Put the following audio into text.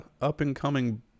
up-and-coming